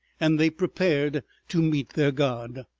and they prepared to meet their god.